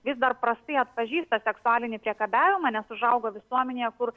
vis dar prastai atpažįsta seksualinį priekabiavimą nes užaugo visuomenėje kur